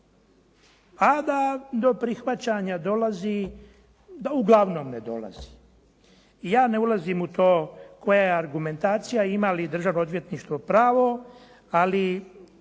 a da do prihvaćanja dolazi… uglavnom ne dolazi. Ja ne ulazim u to koja je argumentacija i ima li državno odvjetništvo pravo, ali